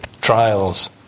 trials